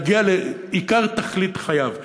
להגיע לעיקר תכלית חייו.